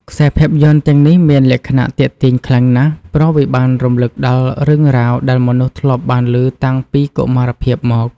ខ្សែភាពយន្តទាំងនេះមានលក្ខណៈទាក់ទាញខ្លាំងណាស់ ព្រោះវាបានរំលឹកដល់រឿងរ៉ាវដែលមនុស្សធ្លាប់បានលឺតាំងពីកុមារភាពមក។